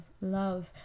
Love